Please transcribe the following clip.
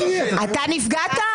אתה נפגעת?